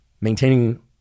maintaining